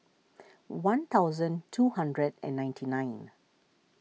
one thousand two hundred and ninety nine